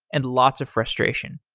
and lots of frustration.